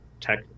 tech